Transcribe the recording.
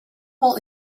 will